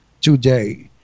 today